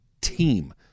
team